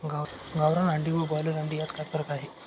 गावरान अंडी व ब्रॉयलर अंडी यात काय फरक आहे?